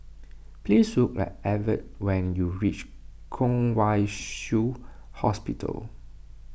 please look for Evertt when you reach Kwong Wai Shiu Hospital